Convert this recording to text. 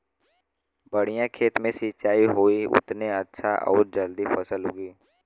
बढ़िया खेत मे सिंचाई होई उतने अच्छा आउर जल्दी फसल उगी